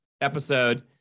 episode